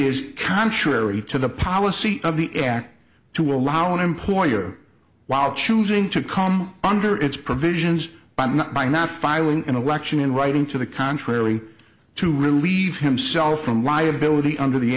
is contrary to the policy of the act to allow an employer while choosing to come under its provisions but not by not filing an election in writing to the contrary to relieve himself from liability under the